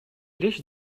речь